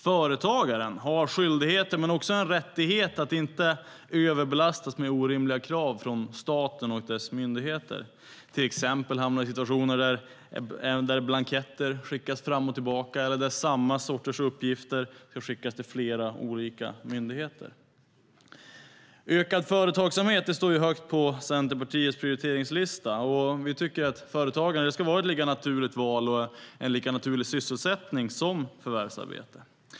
Företagaren har skyldigheter men också en rättighet att inte överbelastas med orimliga krav från staten och dess myndigheter, att till exempel hamna i situationer där blanketter skickas fram och tillbaka eller där samma sorters uppgifter ska skickas till flera olika myndigheter. Ökad företagsamhet står högt på Centerpartiets prioriteringslista. Vi tycker att företagande ska vara ett lika naturligt val och en lika naturlig sysselsättning som förvärvsarbete.